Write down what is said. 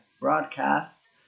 broadcast